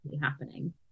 happening